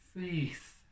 faith